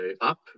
up